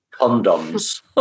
condoms